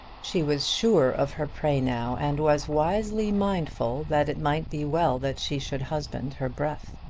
she was sure of her prey now, and was wisely mindful that it might be well that she should husband her breath.